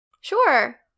Sure